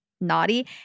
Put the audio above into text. naughty